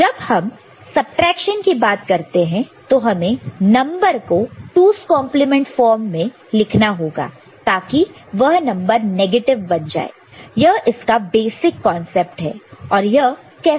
तो जब हम सबट्रैक्शन की बात करते हैं तो हमें नंबर को 2's complement form 2's complement form में लिखना होगा ताकि वह नंबर नेगेटिव बन जाए यह इसका बेसिक कांसेप्ट है और यह कैसे होता है